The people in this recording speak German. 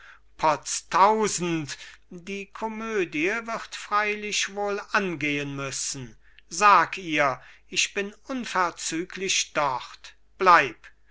potztausend die komödie wird freilich wohl angehen müssen sag ihr ich bin unverzüglich dort bleib